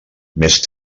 més